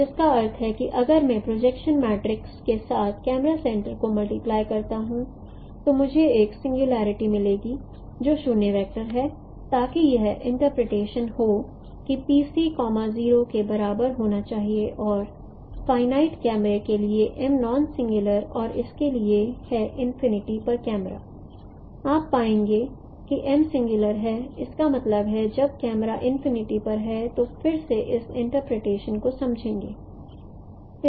तो जिसका अर्थ है कि अगर मैं प्रोजेक्शन मैट्रिक्स के साथ कैमरा सेंटर को मल्टीप्लाई करता हूं तो मुझे एक सिंगुलैरिटी मिलेगी जो 0 वेक्टर है ताकि यह इंटरप्रेटेशन हो कि PC 0 के बराबर होना चाहिए और फाईनाइट कैमरा के लिए M नॉन सिंगुलर और इसके लिए है इनफिनिटी पर कैमरा आप पाएंगे कि M सिंगुलर है इसका मतलब है जब कैमरा इनफिनिटी पर है तो फिर से इस इंटरप्रेटेशन को समझेंगे